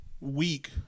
Week